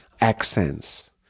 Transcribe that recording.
accents